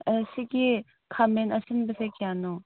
ꯁꯤꯒꯤ ꯈꯥꯃꯦꯟ ꯑꯁꯤꯟꯕꯁꯤ ꯀꯌꯥꯅꯣ